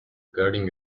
regarding